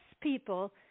people